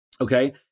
Okay